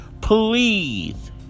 Please